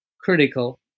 critical